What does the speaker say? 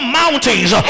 mountains